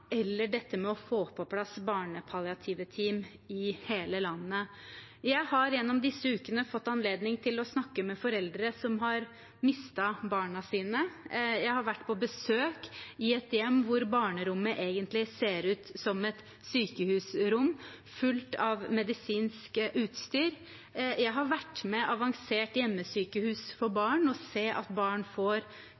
eller dette med å få på plass barnepalliative team i hele landet. Jeg har gjennom disse ukene fått anledning til å snakke med foreldre som har mistet barna sine. Jeg har vært på besøk i et hjem hvor barnerommet egentlig ser ut som et sykehusrom, fullt av medisinsk utstyr. Jeg har vært med Avansert hjemmesykehus for